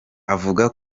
avuga